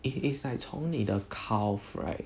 it is like 从你的 calf right